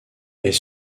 est